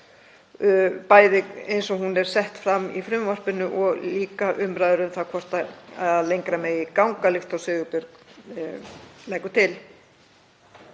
bæði eins og hún er sett fram í frumvarpinu og líka umræður um það hvort lengra megi ganga líkt og Sigurbjörg leggur til.